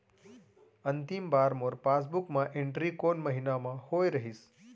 अंतिम बार मोर पासबुक मा एंट्री कोन महीना म होय रहिस?